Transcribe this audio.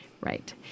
Right